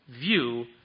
view